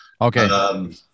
okay